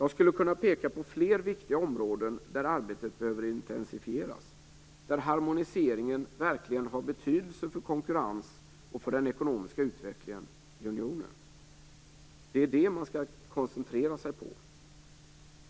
Jag skulle kunna peka på fler viktiga områden där arbetet behöver intensifieras, där harmoniseringen verkligen har betydelse för konkurrens och för den ekonomiska utvecklingen i unionen. Det är det som man skall koncentrera sig på.